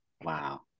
Wow